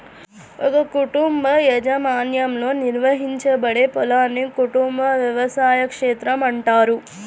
ఒక కుటుంబ యాజమాన్యంలో నిర్వహించబడే పొలాన్ని కుటుంబ వ్యవసాయ క్షేత్రం అంటారు